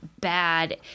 bad